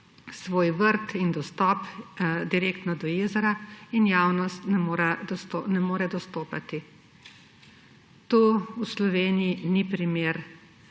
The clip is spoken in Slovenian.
svoj vrt in dostop direktno do jezera in javnost ne more dostopati. To v Sloveniji ni primer